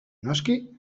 noski